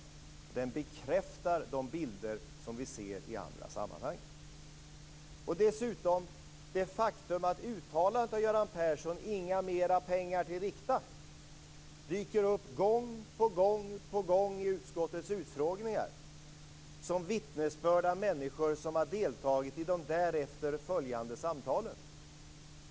Och den bekräftar de bilder som vi ser i andra sammanhang och dessutom det faktum att uttalandet av Göran Persson - inga mera pengar till Rikta - dyker upp gång på gång i utskottets utfrågningar som vittnesbörd av människor som har deltagit i de därefter följande samtalen.